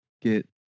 Get